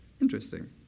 Interesting